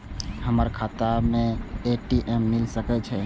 हमर खाता में ए.टी.एम मिल सके छै?